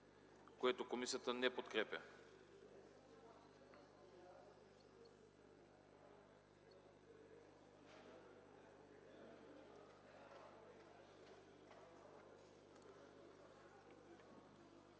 което комисията не подкрепя.